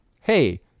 hey